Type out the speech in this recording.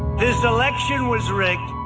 this election was rigged.